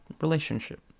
relationship